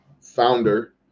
founder